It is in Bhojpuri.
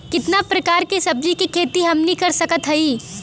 कितना प्रकार के सब्जी के खेती हमनी कर सकत हई?